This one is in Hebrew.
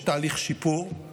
יש תהליך שיפור,